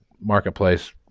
Marketplace